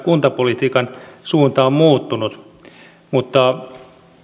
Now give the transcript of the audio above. kuntapolitiikan suunta on muuttunut mutta